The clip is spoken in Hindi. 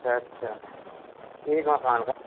अच्छा अच्छा एक मकान का